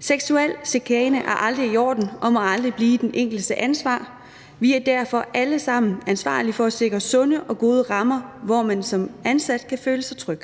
Seksuel chikane er aldrig i orden og må aldrig blive den enkeltes ansvar. Vi er derfor alle sammen ansvarlige for at sikre sunde og gode rammer, hvor man som ansat kan føle sig tryg.